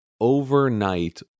overnight